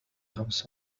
خمس